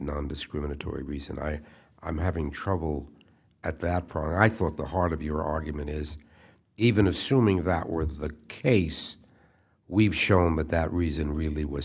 nondiscriminatory reason i i'm having trouble at that price i thought the heart of your argument is even assuming that were the case we've shown that that reason really was